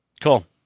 Cool